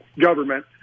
government